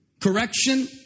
Correction